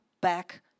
back